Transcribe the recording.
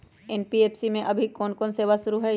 NBFC में अभी कोन कोन सेवा शुरु हई?